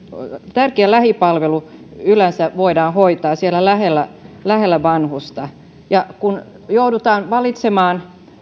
tärkeä lähipalvelu yleensä voidaan hoitaa siellä lähellä lähellä vanhusta ja kun joudutaan valitsemaan